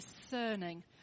discerning